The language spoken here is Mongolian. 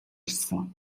ирсэн